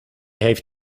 heeft